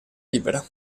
libera